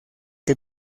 que